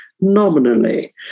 nominally